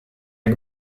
jak